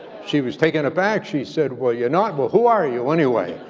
she was taken aback. she said, well, you're not? well, who are you anyway?